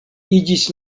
iĝis